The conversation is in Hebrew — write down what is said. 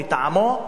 לטעמו,